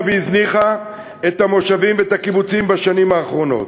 והזניחה את המושבים ואת הקיבוצים בשנים האחרונות.